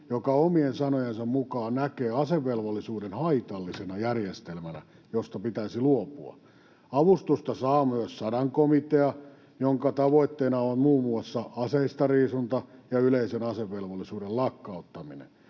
joka omien sanojensa mukaan näkee asevelvollisuuden haitallisena järjestelmänä, josta pitäisi luopua. Avustusta saa myös Sadankomitea, jonka tavoitteena on muun muassa aseistariisunta ja yleisen asevelvollisuuden lakkauttaminen.